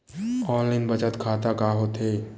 Online बचत खाता का होथे?